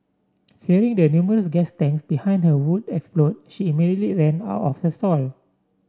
fearing the numerous gas tanks behind her would explode she immediately ran out of her stall